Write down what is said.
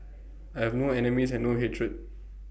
I have no enemies and no hatred